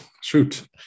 Shoot